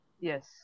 Yes